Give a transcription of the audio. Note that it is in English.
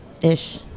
Ish